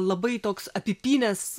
labai toks apipynęs